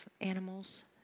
animals